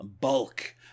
Bulk